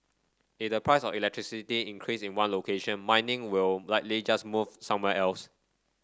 if the price of electricity increase in one location mining will likely just move somewhere else